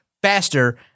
Faster